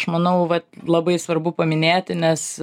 aš manau vat labai svarbu paminėti nes